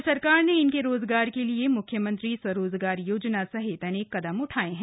राज्य सरकार ने इनके रोजगार के लिए म्ख्यमंत्री स्वरोजगार योजना सहित अनेक कदम उठाए हैं